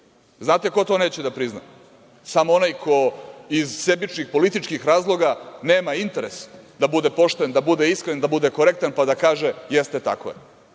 ikada. Znate ko to neće da prizna? Samo onaj ko iz sebičnih političkih razloga nema interes da bude pošten, da bude iskren, da bude korektan pa da kaže – jeste tako je.